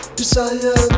desire